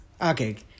Okay